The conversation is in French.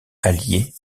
alliée